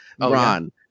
Ron